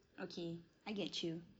okay I get you